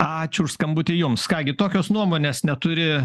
ačiū už skambutį jums ką gi tokios nuomonės neturi